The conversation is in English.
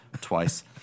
twice